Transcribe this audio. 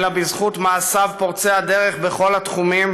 אלא בזכות מעשיו פורצי הדרך בכל התחומים,